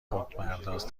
خودپرداز